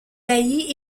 baillis